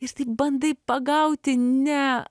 ir taip bandai pagauti ne